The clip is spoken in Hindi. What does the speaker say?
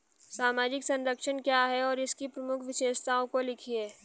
सामाजिक संरक्षण क्या है और इसकी प्रमुख विशेषताओं को लिखिए?